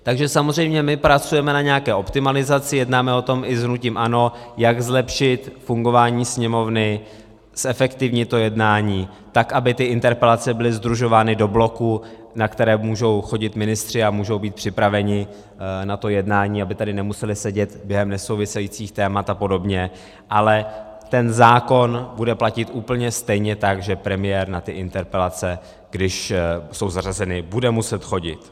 Takže samozřejmě my pracujeme na nějaké optimalizaci, jednáme o tom i s hnutím ANO, jak zlepšit fungování Sněmovny, zefektivnit to jednání tak, aby interpelace byly sdružovány do bloků, na které můžou chodit ministři, a můžou být připraveni na to jednání, aby tady nemuseli sedět během nesouvisejících témat a podobně, ale ten zákon bude platit úplně stejně tak, že premiér na interpelace, když jsou zařazeny, bude muset chodit.